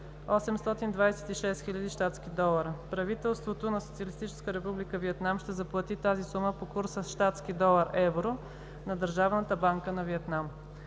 826 000 щатски долара. Правителството на СР Виетнам, ще заплати тази сума по курса щатски долар/евро на Държавната банка на Виетнам.